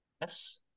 Yes